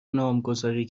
نامگذاری